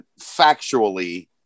factually